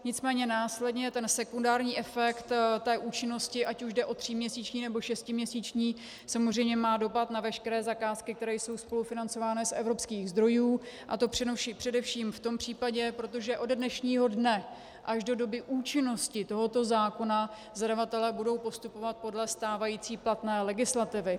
Nicméně následně sekundární efekt účinnosti, ať už jde o tříměsíční, nebo šestiměsíční, má samozřejmě dopad na veškeré zakázky, které jsou spolufinancované z evropských zdrojů, a to především v tom případě, protože ode dnešního dne až do doby účinnosti tohoto zákona zadavatelé budou postupovat podle stávající platné legislativy.